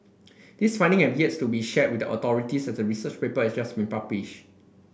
this finding have yet to be shared with the authorities as the research paper has just been published